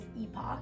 epoch